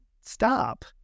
stop